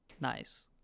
Nice